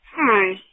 Hi